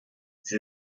sie